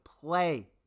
play